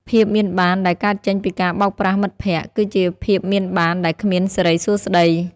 ភាពមានបានដែលកើតចេញពីការបោកប្រាស់មិត្តភក្តិ គឺជាភាពមានបានដែលគ្មានសិរីសួស្ដី។